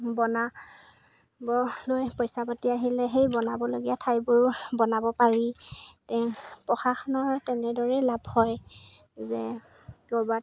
বনাবলৈ পইচা পাতি আহিলে সেই বনাবলগীয়া ঠাইবোৰো বনাব পাৰি তে প্ৰশাসনৰ তেনেদৰেই লাভ হয় যে ক'ৰবাত